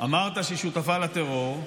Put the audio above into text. אמרת שהיא שותפה לטרור,